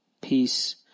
peace